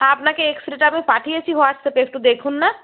আপনাকে এক্সরেটা আমি পাঠিয়েছি হোয়াটসঅ্যাপে একটু দেখুন না